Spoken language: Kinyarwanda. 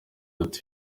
ati